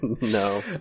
No